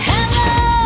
Hello